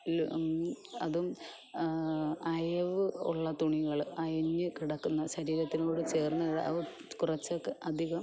ൽ അതും അയവ് ഉള്ള തുണികൾ അയഞ്ഞ് കിടക്കുന്ന ശരീരത്തിനോട് ചേർന്ന് അത് കുറച്ച് അധികം